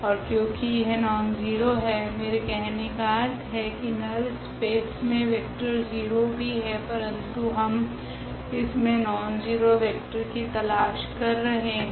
ओर क्योकि यह नॉनज़ीरो है मेरे कहने का अर्थ है की नल स्पेस मे वेक्टर 0 भी है परंतु हम इसमे नॉनज़ीरो वेक्टर की तलाश कर रहे है